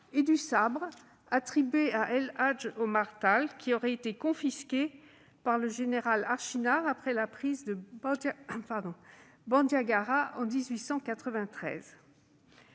et du sabre attribué à El Hadj Omar Tall, qui aurait été confisqué par le général Archinard après la prise de Bandiagara en 1893.